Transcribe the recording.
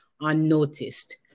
unnoticed